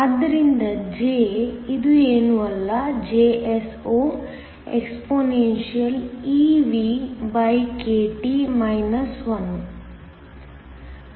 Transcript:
ಆದ್ದರಿಂದ J ಇದು ಏನೂ ಅಲ್ಲ Jso exp⁡evkT 1